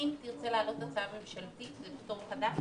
ואם תרצה לעלות הצעה ממשלתית זה פטור חדש?